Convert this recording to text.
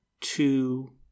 two